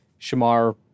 Shamar